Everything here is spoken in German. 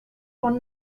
von